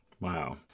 wow